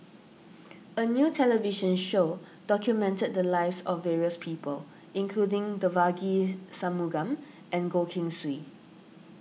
a new television show documented the lives of various people including Devagi Sanmugam and Goh Keng Swee